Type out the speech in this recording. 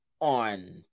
on